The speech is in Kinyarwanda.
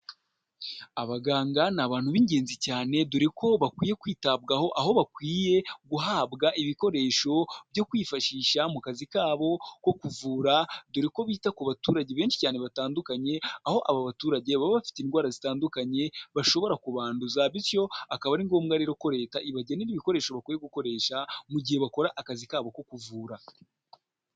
Abaganga ni abantu b'ingenzi cyane dore ko bakwiye kwitabwaho ,aho bakwiye guhabwa ibikoresho byo kwifashisha mu kazi kabo ko kuvura ,dore ko bita ku baturage benshi cyane batandukanye aho aba baturage baba bafite indwara zitandukanye bashobora kubanduza. Bityo akaba ari ngombwa rero ko leta ibagenera ibikoresho bakwiye gukoresha mu gihe bakora akazi kabo ko kuvura.